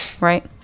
right